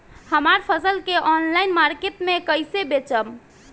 हमार फसल के ऑनलाइन मार्केट मे कैसे बेचम?